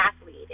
athlete